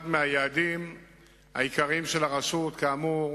אחד מהיעדים העיקריים של הרשות, כאמור,